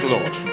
Lord